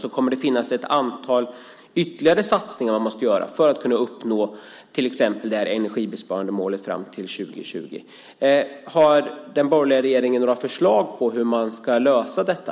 Det kommer att finnas ett antal ytterligare satsningar som måste göras för att nå energisparmålet fram till 2020. Har den borgerliga regeringen några förslag på hur man ska lösa detta?